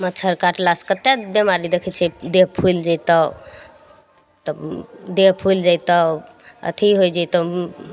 मच्छड़ काटलासॅं कतेक बिमारी देखै छियै देह फुलि जइतौ तब देह फुलि जइतौ थी होइ जइतौ